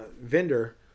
vendor